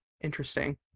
Interesting